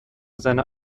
seiner